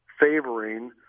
favoring